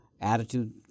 attitude